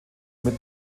mit